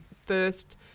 first